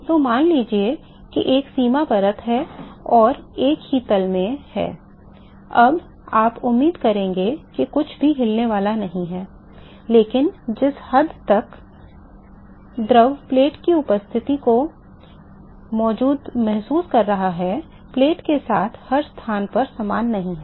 तो मान लीजिए कि एक सीमा परत है और एक ही तल में है तब आप उम्मीद करेंगे कि कुछ भी हिलने वाला नहीं है लेकिन जिस हद तक द्रव प्लेट की उपस्थिति को महसूस कर रहा है प्लेट के साथ हर स्थान पर समान नहीं है